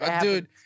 Dude